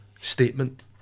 statement